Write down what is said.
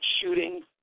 shooting